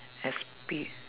expe~